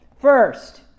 first